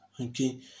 Okay